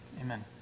amen